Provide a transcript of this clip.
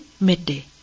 midday